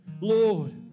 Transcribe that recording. Lord